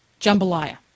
jambalaya